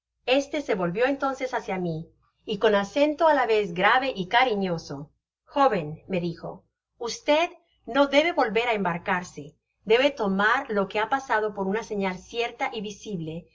generated at vió entonces hácia mi y con acento á la vez grave y cariñoso ttjóven me dijo v no debe volver á embarcarse debe tomar lo que ha pasado por una señal cierta y visible